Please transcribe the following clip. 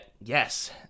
yes